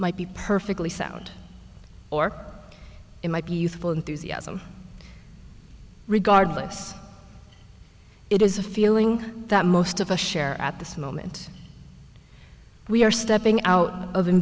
might be perfectly sound or it might be youthful enthusiasm regardless it is a feeling that most of us share at this moment we are stepping out of